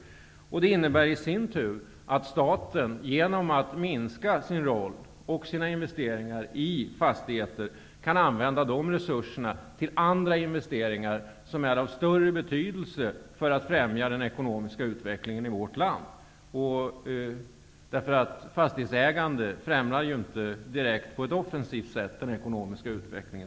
Det innebär i sin tur att staten, genom att minska sitt innehav av och sina investeringar i fastigheter, kan använda resurserna till andra investeringar, som är av större betydelse för att främja den ekonomiska uttvecklingen i vårt land. Fastighetsägande främjar ju inte direkt på ett offensivt sätt den ekonomiska utvecklingen.